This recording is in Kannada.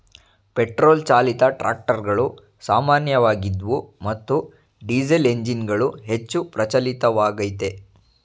ಪೆಟ್ರೋಲ್ ಚಾಲಿತ ಟ್ರಾಕ್ಟರುಗಳು ಸಾಮಾನ್ಯವಾಗಿದ್ವು ಮತ್ತು ಡೀಸೆಲ್ಎಂಜಿನ್ಗಳು ಹೆಚ್ಚು ಪ್ರಚಲಿತವಾಗಯ್ತೆ